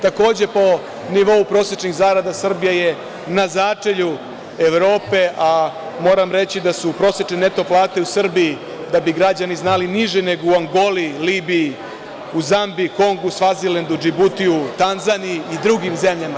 Takođe, po nivou prosečnih zarada Srbija je na začelju Evrope, a moram reći da su prosečne neto plate u Srbiji, da bi građani znali, niže nego u Angoli, Libiji u Zambiji, Kongu, Svazilendu, DŽibutiju, Tanzaniji i drugim zemljama.